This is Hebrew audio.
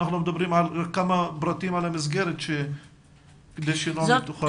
כמה פרטים על המסגרת כדי שנעמי תוכל להתייחס.